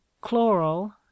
chloral